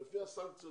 לפי הסנקציות